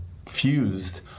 fused